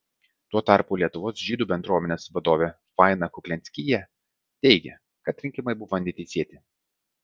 tuo tarpu lietuvos žydų bendruomenės vadovė faina kuklianskyje teigia kad rinkimai buvo neteisėti